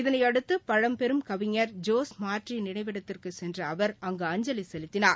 இதனையடுத்து பழம்பெரும் கவிஞர் ஜோஸ் மார்ட்டி நினைவிடத்திற்கு சென்ற அவர் அங்கு அஞ்சலி செலுத்தினார்